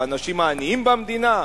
לאנשים העניים במדינה?